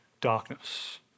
darkness